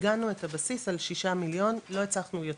הגענו לבסיס של ששה מיליון לא הצלחנו יותר,